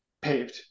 paved